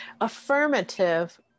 affirmative